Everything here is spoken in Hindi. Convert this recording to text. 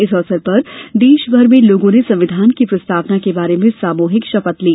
इस अवसर पर देशभर में लोगों ने संविधान की प्रस्तावना के बारे में सामूहिक शपथ ली